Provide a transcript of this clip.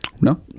No